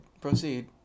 Proceed